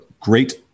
great